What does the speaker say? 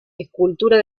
escultura